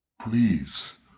please